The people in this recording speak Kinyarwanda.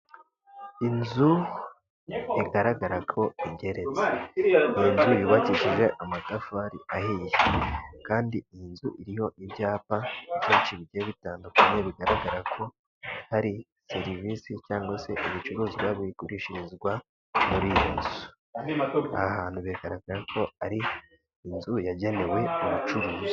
Inzu bigaragara ko igeretse, iyi nzu yubakishije amatafari ahiye kandi iyi nzu iriho ibyapa byinshi bigiye bitandukanye, bigaragara ko hari serivisi cyangwa se ibicuruzwa bigurishirizwa muri iyo nzu, aha hantu bigaragara ko ari inzu yagenewe ubucuruzi.